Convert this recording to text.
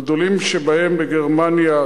הגדולים שבהם בגרמניה,